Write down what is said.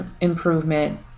improvement